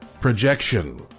projection